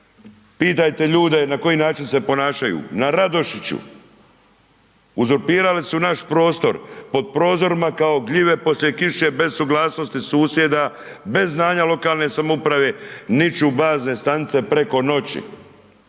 Pitajte ljude na koji način se ponašaju, na Radošiću, uzurpirali su naš prostor, pod prozorima kao gljive poslije kiše, bez suglasnosti susjeda, bez znanja lokalne samouprave niču bazne stanice preko noći.